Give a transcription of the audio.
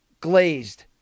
glazed